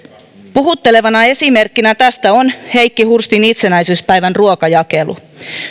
puhuttelevana esimerkkinä tästä on heikki hurstin itsenäisyyspäivän ruokajakelu